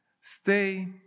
stay